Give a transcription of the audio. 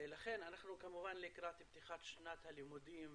לכן אנחנו לקראת פתיחת שנת הלימודים,